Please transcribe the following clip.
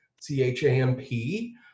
C-H-A-M-P